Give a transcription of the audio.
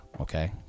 okay